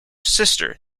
sister